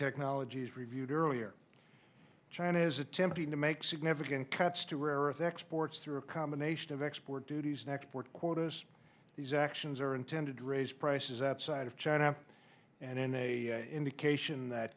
technologies reviewed earlier china is attempting to make significant cuts to rare earth exports through a combination of export duties and export quotas these actions are intended to raise prices outside of china and in a indication that